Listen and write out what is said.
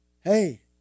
hey